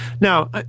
Now